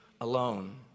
alone